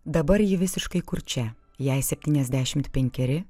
dabar ji visiškai kurčia jai septyniasdešimt penkeri